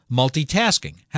multitasking